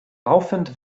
laufend